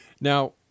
Now